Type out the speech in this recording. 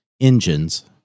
engines